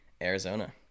Arizona